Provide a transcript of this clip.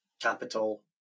capital